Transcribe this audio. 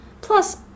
Plus